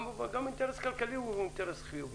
גם אינטרס כלכלי הוא אינטרס חיובי.